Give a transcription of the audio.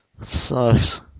sucks